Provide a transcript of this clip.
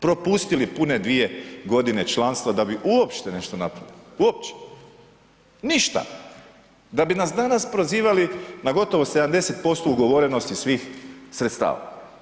Propustili pune dvije godine članstva da bi uopšte nešto napravili uopće, ništa da bi nas danas prozivali na gotovo 70% ugovorenosti svih sredstava.